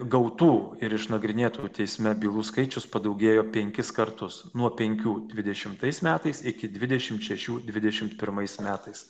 gautų ir išnagrinėtų teisme bylų skaičius padaugėjo penkis kartus nuo penkių dvidešimtais metais iki dvidešim šešių dvidešimt pirmais metais